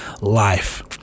life